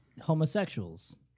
homosexuals